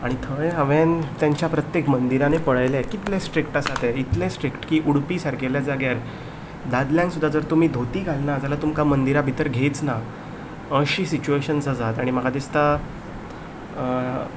आनी थंय प्रत्येक मंदिरांनी पळयलें कितलें स्ट्रिक्ट आसा तें इतलें स्ट्रिक्ट की उडपी सारकिल्या जाग्यार दादल्यांक सुद्दां जर तुमी धोती घालना जाल्यार मंदिरा भितर घेयच ना अशें सिच्युएशन आसा म्हाका दिसता